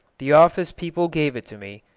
the office people gave it to me,